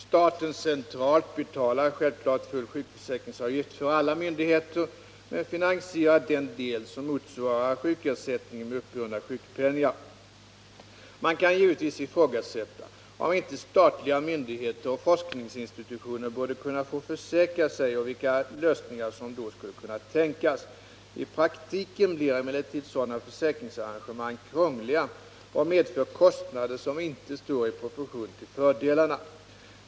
Staten centralt betalar självklart full sjukförsäkringsavgift för alla myndigheter men finansierar den del som motsvarar sjukersättningen med uppburna sjukpenningar. Man kan givetvis ifrågasätta om inte statliga myndigheter och forskningsinstitutioner borde kunna få försäkra sig och vilka lösningar som då skulle kunna tänkas. I praktiken blir emellertid sådana försäkringsarrangemang krångliga och medför kostnader som inte står i proportion till fördelarna.